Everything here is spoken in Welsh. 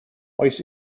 oes